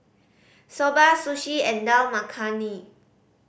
Soba Sushi and Dal Makhani